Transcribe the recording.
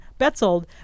Betzold